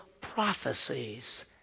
prophecies